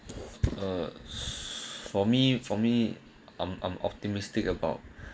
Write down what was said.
uh for me for me I'm I'm optimistic about